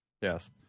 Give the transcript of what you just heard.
Yes